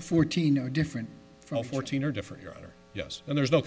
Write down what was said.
fourteen no different from fourteen or different your honor yes and there's no